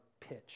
pitch